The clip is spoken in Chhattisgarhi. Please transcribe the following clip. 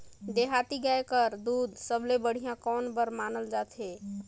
देहाती गाय कर दूध सबले बढ़िया कौन बर मानल जाथे?